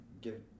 give